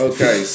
Okay